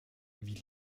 wie